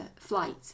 flight